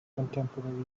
contemporary